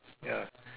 ya